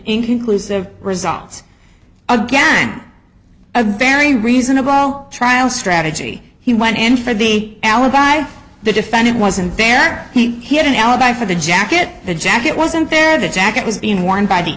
inconclusive result again a very reasonable trial strategy he went in for the alibi the defendant wasn't there he had an alibi for the jacket the jacket wasn't there the jacket was being worn by the